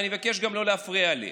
ואני מבקש גם לא להפריע לי: